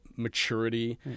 maturity